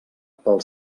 pel